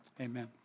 Amen